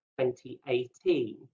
2018